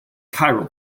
chiral